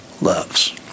loves